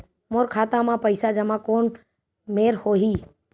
मोर खाता मा पईसा जमा कोन मेर होही?